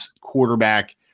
quarterback